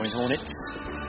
hornets